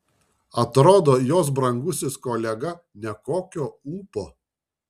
atrodo jos brangusis kolega nekokio ūpo